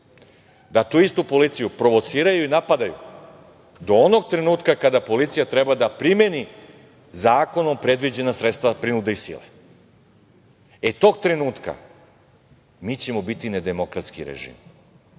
da tu istu policiju provociraju i napadaju do onog trenutka kada policija treba da primeni zakonom predviđena sredstva prinude i sile. Tog trenutka, mi ćemo biti nedemokratski režim.